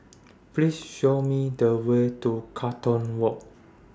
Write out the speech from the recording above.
Please Show Me The Way to Carlton Walk